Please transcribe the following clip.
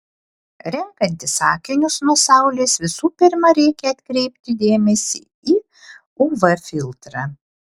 renkantis akinius nuo saulės visų pirma reikia atkreipti dėmesį į uv filtrą